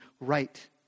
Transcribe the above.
right